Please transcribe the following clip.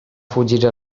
fugir